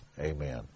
amen